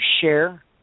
share